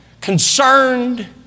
concerned